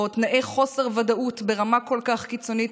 או תנאי חוסר ודאות ברמה כל כך קיצונית,